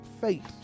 faith